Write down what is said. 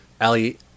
Ali